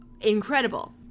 incredible